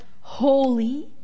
Holy